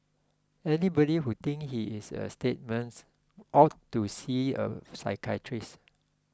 anybody who thinks he is a statesman ought to see a psychiatrist